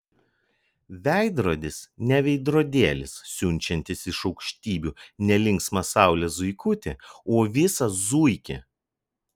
veidrodis ne veidrodėlis siunčiantis iš aukštybių ne linksmą saulės zuikutį o visą zuikį